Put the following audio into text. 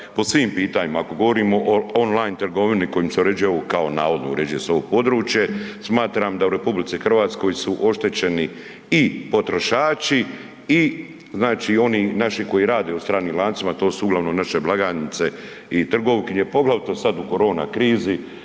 po svim pitanjima, ako govorimo o on line trgovini kojim se uređuje ovo kao navodno uređuje se ovo područje, smatram da u RH su oštećeni i potrošači i znači oni naši koji rade u stranim lancima, to su uglavnom naše blagajnice i trgovkinje, poglavito sad u korona krizi